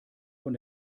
von